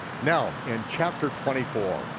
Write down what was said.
now, in chapter twenty four,